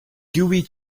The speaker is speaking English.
gooey